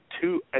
two